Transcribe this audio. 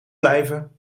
blijven